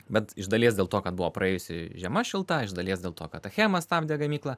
bet iš dalies dėl to kad buvo praėjusi žiema šilta iš dalies dėl to kad achema stabdė gamyklą